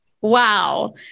wow